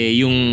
yung